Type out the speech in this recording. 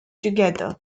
together